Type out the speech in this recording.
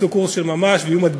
הוא לא מצמצם את הפערים בין החרקים,